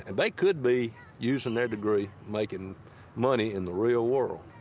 and they could be using their degree making money in the real world,